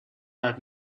that